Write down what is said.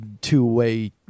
two-way